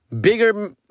bigger